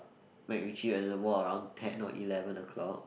MacRitchie Reservoir around ten or eleven o-clock